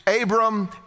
Abram